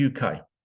uk